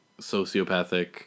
sociopathic